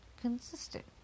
consistent